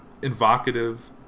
invocative